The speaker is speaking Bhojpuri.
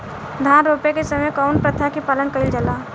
धान रोपे के समय कउन प्रथा की पालन कइल जाला?